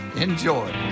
Enjoy